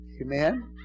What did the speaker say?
Amen